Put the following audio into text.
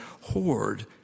hoard